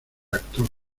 actor